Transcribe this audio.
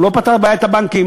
הוא לא פתר את בעיית הבנקים,